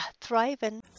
thriving